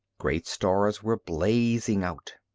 great stars were blazing out.